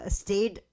stayed